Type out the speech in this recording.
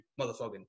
motherfucking